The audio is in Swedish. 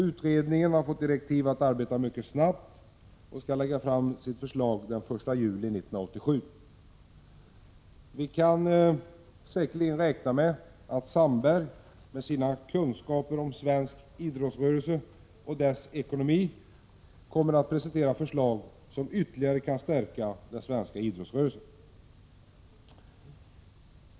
Utredningen har fått direktiv att arbeta mycket snabbt och skall lägga fram sitt förslag senast den 1 juli 1987. Vi kan säkerligen räkna med att Sandberg med sina kunskaper om svensk idrottsrörelse och dess ekonomi kommer att presentera förslag som ytterligare kan stärka den svenska idrottsrörelsen.